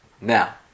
Now